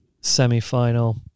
semi-final